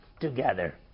together